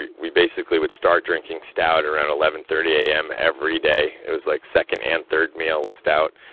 we we basically would start drinking stout around eleven thirty am, every day. it was like, second and third meal was stout.